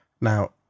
Now